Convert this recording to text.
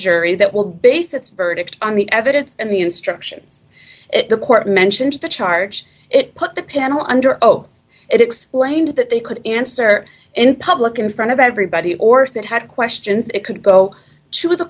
jury that will base its verdict on the evidence and the instructions the court mentioned to charge it put the panel under oath explained that they could answer in public in front of everybody or if they had questions it could go to the